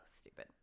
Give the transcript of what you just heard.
stupid